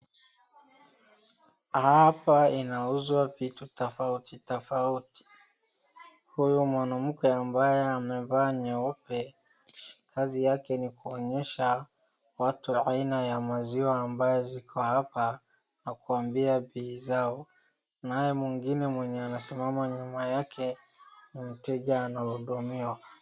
Hapa inauzwa vitu tofauti tofauti, huyu mwanamke ambaye amevaa nyeupe kazi yake ni kuonyesha watu aina ya maziwa ambayo ziko hapa na kuwaambia bei zao naye mwingine mwenye anasimama nyuma yake ni mteja anahudumiwa.